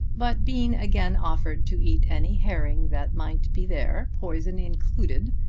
but bean again offered to eat any herring that might be there, poison included,